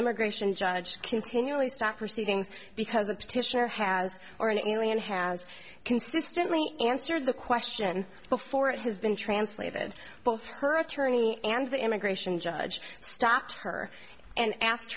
immigration judge continually stopped proceedings because a petitioner has or an alien has consistently answered the question before it has been translated both her attorney and the immigration judge stopped her and asked